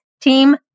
team